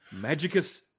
Magicus